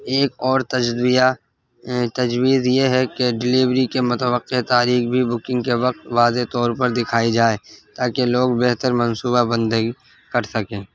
ایک اور تجویہ تجویر یہ ہے کہ ڈلیوری کے متوقع تاریخ بھی بکنگ کے وقت واضح طور پر دکھائی جائے تاکہ لوگ بہتر منصوبہ بندی کر سکیں